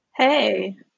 Hey